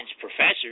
professors